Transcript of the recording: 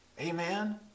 amen